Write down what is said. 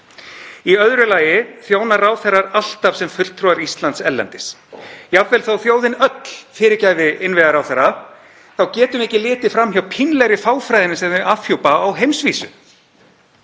Í öðru lagi þjóna ráðherrar alltaf sem fulltrúar Íslands erlendis. Jafnvel þótt þjóðin öll fyrirgæfi innviðaráðherra þá getum við ekki litið fram hjá pínlegri fáfræðinni sem þau afhjúpa á heimsvísu.